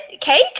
cake